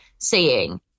seeing